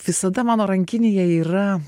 visada mano rankinėje yra